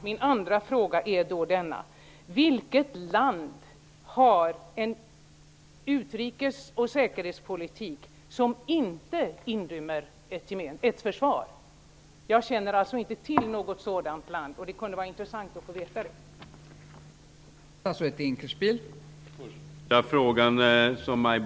Min andra fråga är då: Vilket land har en utrikes och säkerhetspolitik som inte inrymmer ett försvar? Jag känner inte till något sådant land. Det kunde vara intressant att få veta om det finns.